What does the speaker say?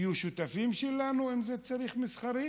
יהיו שותפים שלנו, אם צריך, מסחרית,